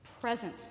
present